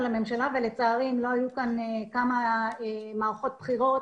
לממשלה ולצערי אם לא היו כאן כמה מערכות בחירות,